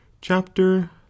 Chapter